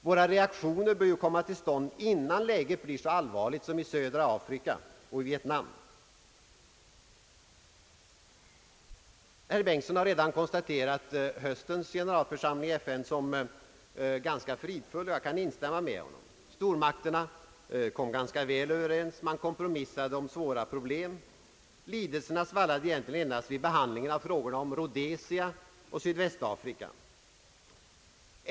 Våra reaktioner bör ju komma till stånd, innan läget blir så allvarligt som i Södra Afrika och Vietnam. Herr Bengtson har redan konstaterat att höstens sammanträde med FN:s generalförsamling blev ganska fridfull. Jag kan instämma med honom Stormakterna kom rätt väl överens. Man kompromissade om svåra problem. Lidelserna svallade egentligen endast vid behandlingen av frågorna om Rhodesia och Sydvästafrika.